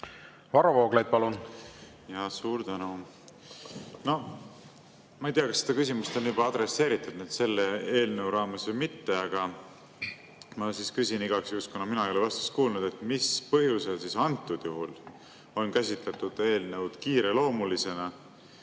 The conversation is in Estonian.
Varro Vooglaid, palun! Suur tänu! Noh, ma ei tea, kas seda küsimust on juba adresseeritud selle eelnõu raames või mitte, aga ma igaks juhuks küsin, kuna mina ei ole vastust kuulnud. Mis põhjusel on antud juhul käsitletud eelnõu kiireloomulisena